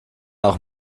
auch